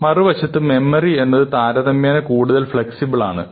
മറുവശത്ത് മെമ്മറി എന്നത് താരതമ്യേന കൂടുതൽ ഫ്ലെക്സിബിൾ ആണ്